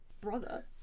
brother